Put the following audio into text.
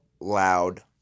Loud